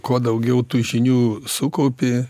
kuo daugiau tų žinių sukaupi